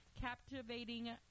captivating